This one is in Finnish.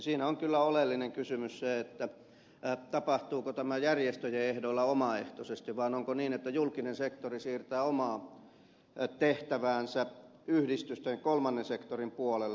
siinä on kyllä oleellinen kysymys se tapahtuuko tämä järjestöjen ehdoilla omaehtoisesti vai onko niin että julkinen sektori siirtää omaa tehtäväänsä yhdistysten kolmannen sektorin puolelle